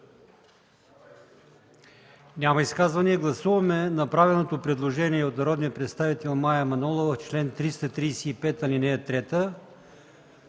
Няма изказвания. Гласуваме направеното предложение от народния представител Мая Манолова в чл. 335, ал. 3